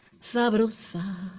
sabrosa